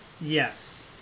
Yes